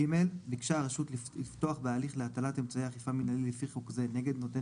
ביקשה הרשות לפתוח בהליך להטלת אמצעי אכיפה מינהלי לפי חוק זה נגד נותן